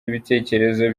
ibitekerezo